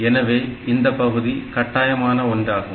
எனவே இந்தப் பகுதி கட்டாயமான ஒன்றாகும்